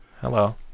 hello